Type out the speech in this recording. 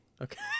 Okay